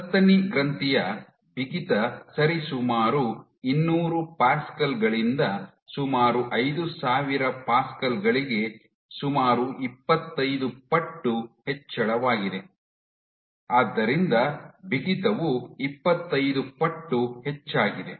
ಸಸ್ತನಿ ಗ್ರಂಥಿಯ ಬಿಗಿತ ಸರಿಸುಮಾರು ಇನ್ನೂರು ಪ್ಯಾಸ್ಕಲ್ ಗಳಿಂದ ಸುಮಾರು ಐದು ಸಾವಿರ ಪ್ಯಾಸ್ಕಲ್ ಗಳಿಗೆ ಸುಮಾರು ಇಪ್ಪತ್ತೈದು ಪಟ್ಟು ಹೆಚ್ಚಳವಾಗಿದೆ ಆದ್ದರಿಂದ ಬಿಗಿತವು ಇಪ್ಪತ್ತೈದು ಪಟ್ಟು ಹೆಚ್ಚಾಗಿದೆ